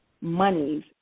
monies